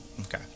Okay